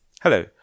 Hello